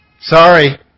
Sorry